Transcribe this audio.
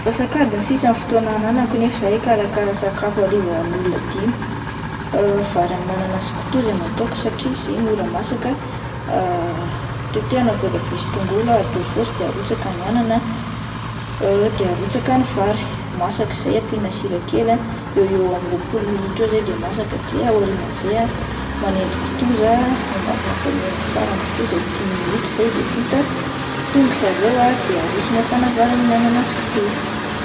Antsasak'adiny sisa ny fotoana ananako nefa zah ikarakara sakafo hariva hoan'ny olona dimy, vary amin'anana sy kitoza no ataoko satria izay mora masaka, tetehina ny voatabia sy tongolo atao sôsy de arotsaka ny anana de arotsaka ny vary, masaka izay ampiana sira kely ah eo eo amin'ny roapolo minitra eo zay de masaka, de ao aorian'izay ah manendy kitoza, endasina atao mendy tsara ny kitoza dimy minitra izay de vita, tonga zareo ah de aroso mafana ny vary amin'ny anana sy kitoza.